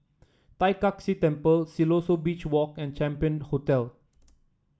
Tai Kak Seah Temple Siloso Beach Walk and Champion Hotel